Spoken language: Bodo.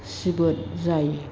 सिबोद जायो